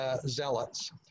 zealots